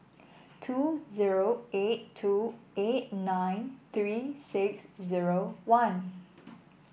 two zero eight two eight nine three six zero one